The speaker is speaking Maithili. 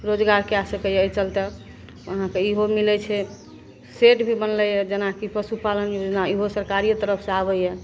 रोजगार कै सकैए एहि चलिते अपन अहाँके इहो मिलै छै सेट भी बनलैए जेनाकि पशुपालन योजना इहो सरकारिए तरफसे आबैए